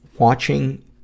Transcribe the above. Watching